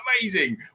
amazing